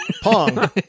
pong